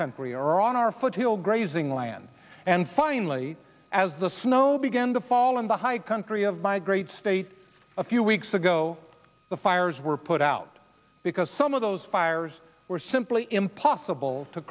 country or on our foothill grazing land and finally as the snow began to fall in the high country of my great state a few weeks ago the fires were put out because some of those fires were simply impossible to